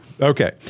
Okay